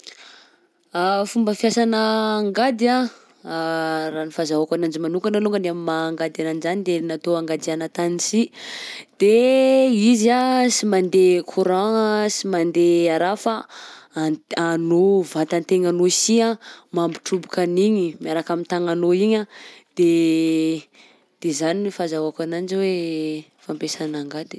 Fomba fiasanà angady a raha ny fahazahoako ananjy manokana alongany am'maha-angady ananjy zany de natao angadiana tagny si, de izy anh sy mandeha courant-gna, si mandeha araha fa an- anao vatan-tegnanao si a mampitroboka an'igny miaraka am'tagnanao igny anh, de de zany ny fahazahoako ananjy hoe fampiasana angady.